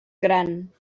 gran